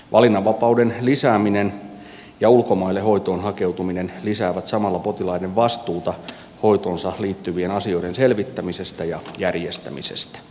valinnanvapauden lisääminen ja ulkomaille hoitoon hakeutuminen lisäävät samalla potilaiden vastuuta hoitoonsa liittyvien asioiden selvittämisestä ja järjestämisestä